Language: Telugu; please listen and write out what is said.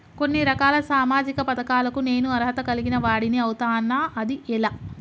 కొన్ని రకాల సామాజిక పథకాలకు నేను అర్హత కలిగిన వాడిని అవుతానా? అది ఎలా?